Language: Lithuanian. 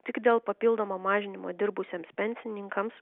tik dėl papildomo mažinimo dirbusiems pensininkams